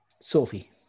Sophie